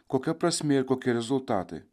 kokia prasmė ir kokie rezultatai